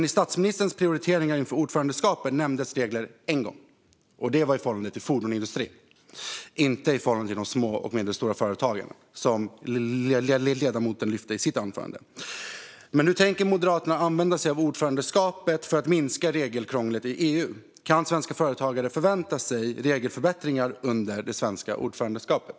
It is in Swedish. I statsministerns prioriteringar inför ordförandeskapet nämndes regler endast en gång, och det var i förhållande till fordonsindustrin, inte till de små och medelstora företagen som ledamoten lyfte fram i sitt anförande. Hur tänker Moderaterna använda sig av ordförandeskapet för att minska regelkrånglet i EU? Kan svenska företagare förvänta sig regelförbättringar under det svenska ordförandeskapet?